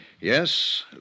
Yes